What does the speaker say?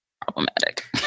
problematic